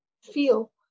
feel